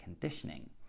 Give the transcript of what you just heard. conditioning